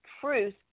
truth